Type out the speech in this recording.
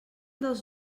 dels